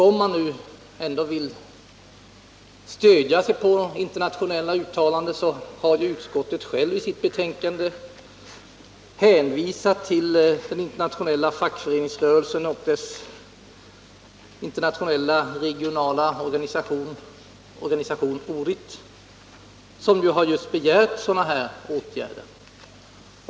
Om man ändå vill stödja sig på internationella uttalanden, har utskottet självt i sitt betänkande hänvisat till den internationella fackföreningsrörelsen och dess internationella regionala organisation ORIT, som har begärt just sådana här åtgärder.